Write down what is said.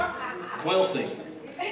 Quilting